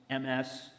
MS